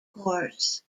course